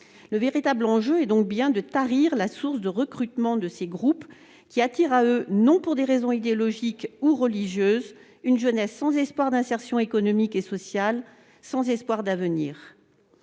Le véritable enjeu est donc bien de tarir la source de recrutement de ces groupes, qui attirent à eux, non pour des raisons idéologiques ou religieuses, une jeunesse sans espoir d'insertion économique et sociale, sans espoir d'avenir.